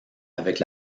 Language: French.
avec